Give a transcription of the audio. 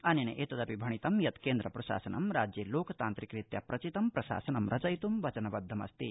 अनेन एतदपि भणितं यत् केन्द्रप्रशासनं राज्ये लोकतान्त्रिक रीत्या प्रचितं प्रशासनं रचयितं वचनबद्धम् अस्ति